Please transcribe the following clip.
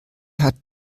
hat